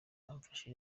bamfasha